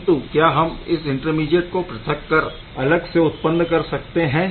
किंतु क्या हम इस इंटरमीडीएट को पृथक कर अलग से उत्पन्न कर सकते है